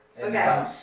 Okay